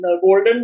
golden